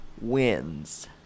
wins